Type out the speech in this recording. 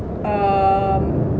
um